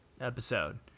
episode